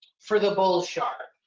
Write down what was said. for the bull shark,